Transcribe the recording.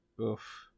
Oof